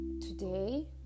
today